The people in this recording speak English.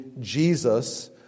Jesus